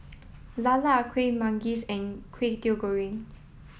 lala kueh manggis in kway teow goreng